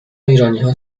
ایرانیها